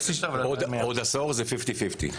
בעוד עשור זה 50%-50%.